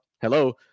hello